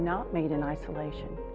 not made in isolation.